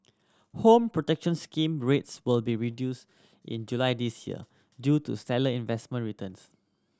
Home Protection Scheme rates will be reduced in July this year due to stellar investment returns